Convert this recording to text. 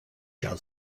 shall